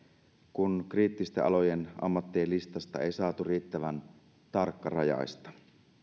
kun kriittisten alojen ammattien listasta ei saatu riittävän tarkkarajaista